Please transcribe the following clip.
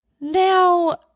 Now